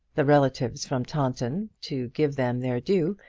the relatives from taunton, to give them their due,